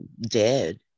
dead